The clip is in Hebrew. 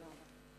תודה רבה.